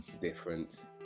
Different